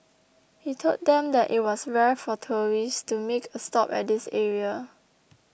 he told them that it was rare for tourists to make a stop at this area